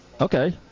Okay